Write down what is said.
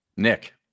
nick